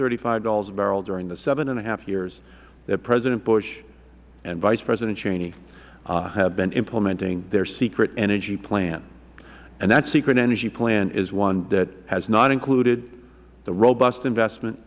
thirty five dollars a barrel during the seven years that president bush and vice president cheney have been implementing their secret energy plan and that secret energy plan is one that has not included the robust investment